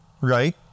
Right